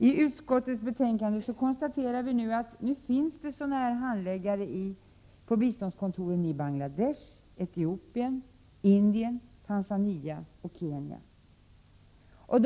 IT utskottets betänkande konstaterar vi nu att det finns sådana handläggare på biståndskontoren i Bangladesh, Etiopien, Indien, Tanzania och Kenya.